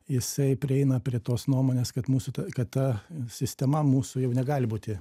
jisai prieina prie tos nuomonės kad mūsų ta kad ta sistema mūsų jau negali būti